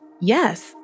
Yes